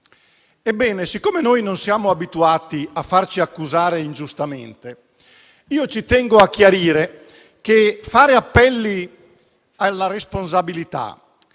Ebbene, siccome non siamo abituati a farci accusare ingiustamente, ci tengo a chiarire che fare appelli alla responsabilità